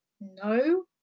no